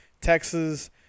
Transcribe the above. Texas